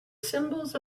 symbols